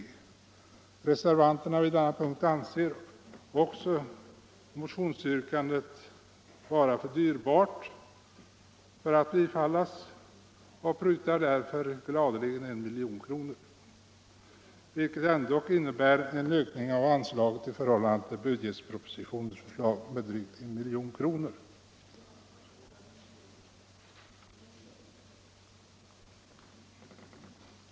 Reservanterna vid denna punkt anser också motionsyrkandet vara för dyrbart för att bifallas och prutar därför gladeligen 1 milj.kr., vilket ändå innebär en ökning av anslaget i förhållande till budgetpropositionens förslag med drygt 1 milj.kr.